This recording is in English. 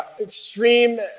extreme